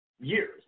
years